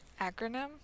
Acronym